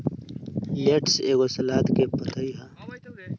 lettuce एगो सलाद के पतइ ह